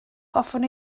hoffwn